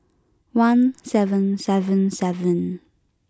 one seven seven seven